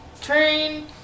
train